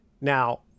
Now